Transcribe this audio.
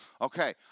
Okay